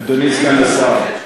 אדוני סגן השר,